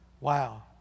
Wow